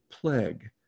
plague